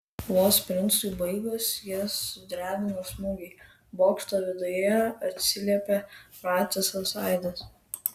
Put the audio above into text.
vos princui baigus jas sudrebino smūgiai bokšto viduje atsiliepė pratisas aidas